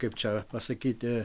kaip čia pasakyti